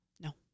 No